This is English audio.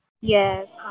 Yes